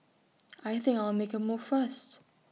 I think I'll make A move first